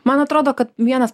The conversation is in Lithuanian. man atrodo kad vienas